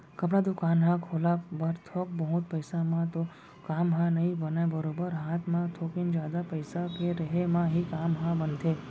कपड़ा दुकान ह खोलब बर थोक बहुत पइसा म तो काम ह नइ बनय बरोबर हात म थोकिन जादा पइसा के रेहे म ही काम ह बनथे